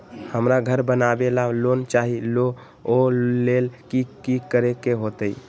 हमरा घर बनाबे ला लोन चाहि ओ लेल की की करे के होतई?